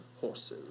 horses